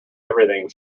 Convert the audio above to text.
everything